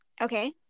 Okay